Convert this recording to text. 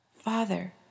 Father